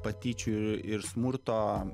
patyčių ir ir smurto